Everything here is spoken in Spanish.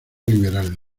liberal